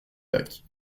lac